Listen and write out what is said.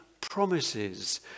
promises